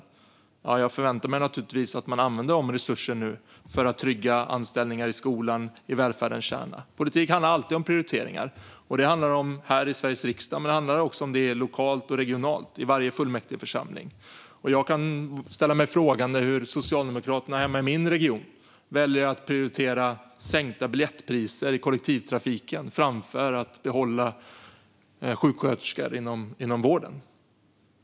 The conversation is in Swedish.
Och jag förväntar mig naturligtvis att de använder dessa resurser nu för att trygga anställningar i skolan och i välfärdens kärna. Politik handlar alltid om prioriteringar. Det handlar om det här i Sveriges riksdag, men det handlar om det också lokalt och regionalt i varje fullmäktigeförsamling. Jag kan ställa mig frågande till hur Socialdemokraterna hemma i min region kan välja att prioritera sänkta biljettpriser i kollektivtrafiken framför att behålla sjuksköterskor inom vården.